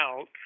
out